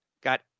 got